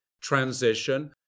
transition